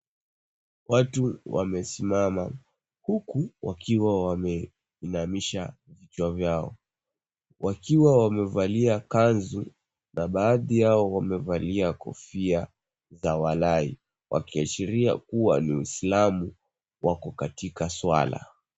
Watu wamesimama huku wakiwa wameinamisha vichwa vyao wakiwa wamevalia kanzu na baadhi yao wamevalia kofia za walai wakiashiria kuwa ni waislamu wako watika suala.